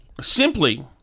simply